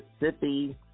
Mississippi